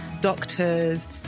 doctors